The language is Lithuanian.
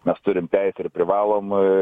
mes turim teisę ir privalom